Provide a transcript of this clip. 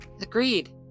Agreed